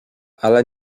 ale